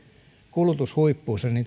kulutus huippuunsa